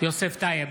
יוסף טייב,